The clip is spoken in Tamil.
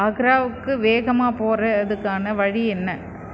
ஆக்ராவுக்கு வேகமாக போகிறதுக்கான வழி என்ன